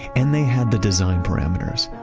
and they had the design parameters.